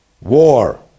war